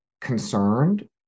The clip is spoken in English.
concerned